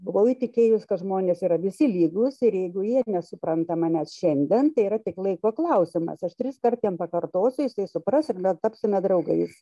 buvau įtikėjus kad žmonės yra visi lygūs ir jeigu jie nesupranta manęs šiandien tai yra tik laiko klausimas aš tris kart jam pakartosiu jisai supras ir gal tapsime draugais